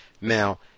Now